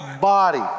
body